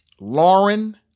Lauren